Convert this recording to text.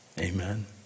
Amen